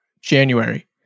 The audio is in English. January